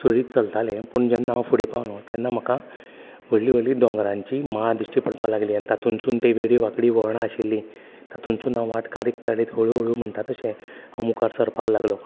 सुरळीत चलतालें पूण जेन्ना हांव फु़डें पावलों तेन्ना म्हाका व्हडली व्हडली दोंगरांची माळ दिश्टी पडपाक लागली आनी तातूंनसून ती वेडीवांकडी वळणां आशिल्लीं तातूनसून हांव वाट काडीत काडीत हळुहळू म्हणटा तशें हांव मुखार सरपाक लागलो